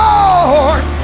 Lord